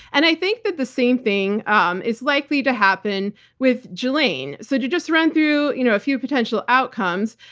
and i think that the same thing um is likely to happen with ghislaine. so to just run through you know a few potential outcomes,